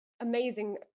amazing